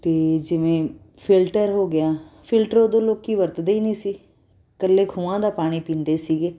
ਅਤੇ ਜਿਵੇਂ ਫਿਲਟਰ ਹੋ ਗਿਆ ਫਿਲਟਰ ਉਦੋਂ ਲੋਕ ਵਰਤਦੇ ਨਹੀਂ ਸੀ ਇਕੱਲੇ ਖੂਹਾਂ ਦਾ ਪਾਣੀ ਪੀਂਦੇ ਸੀਗੇ